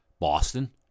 Boston